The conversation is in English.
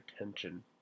attention